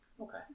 Okay